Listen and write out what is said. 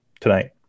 tonight